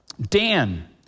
Dan